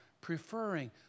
preferring